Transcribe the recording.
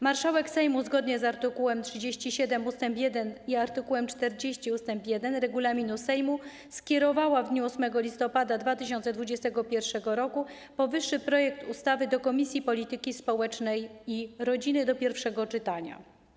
Marszałek Sejmu, zgodnie z art. 37 ust. 1 i art. 40 ust. 1 regulaminu Sejmu, skierowała w dniu 8 listopada 2021 r. powyższy projekt ustawy do Komisji Polityki Społecznej i Rodziny do pierwszego czytania.